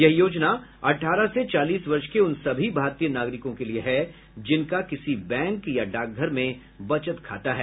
यह योजना अठारह से चालीस वर्ष के उन सभी भारतीय नागरिकों के लिए है जिनका किसी बैंक या डाकघर में बचत खाता है